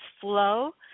flow